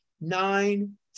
nine